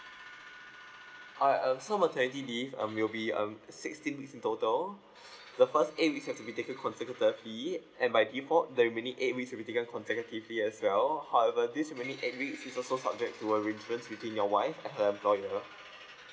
alright um so maternity leave um will be um sixteen weeks in total the first eight weeks have to be taken consecutively and by default the remaining eight weeks will be taken consecutively as well however these remaining eight weeks it's also subject to arrangements between your wife and her employer